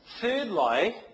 Thirdly